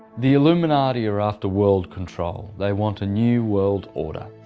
the illuminati are after world control. they want a new world order.